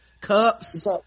Cups